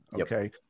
Okay